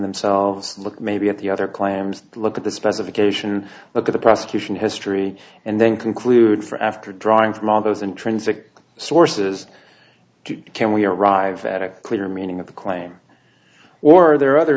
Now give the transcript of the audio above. themselves and look maybe at the other claims look at the specification look at the prosecution history and then conclude for after drawing from all those intrinsic sources can we arrive at a clear meaning of the claim or are there other